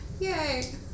Yay